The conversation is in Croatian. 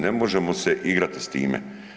Ne možemo se igrati s time.